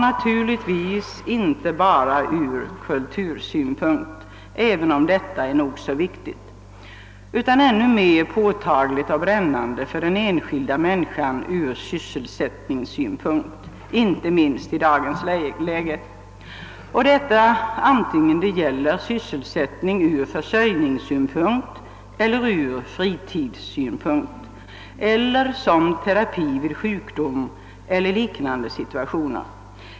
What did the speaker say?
Naturligtvis har den värde inte bara ur kultursynpunkt, även om detta är nog så viktigt, utan ännu mer påtagligt och brännande för den enskilda människan ur sysselsättningssynpunkt, inte minst i dagens läge. Detta gäller i fråga om sysselsättningen såväl ur försörjningssynpunkt som ur fritidssynpunkt eller såsom terapi vid sjukdom eller liknande situationer.